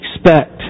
expect